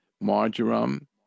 Marjoram